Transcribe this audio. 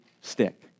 stick